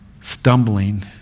stumbling